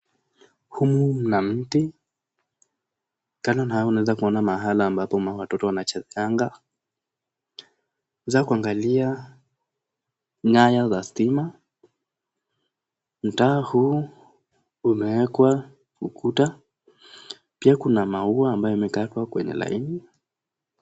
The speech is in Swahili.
Humu mna mti tena unaweza kuona mahali watoto wanachezeanga unaeza kuangalia nyao za stima. Mtaa huu umeekwa ukuta pia kuna maua ambayo imekatwa kwenye line .